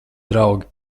draugi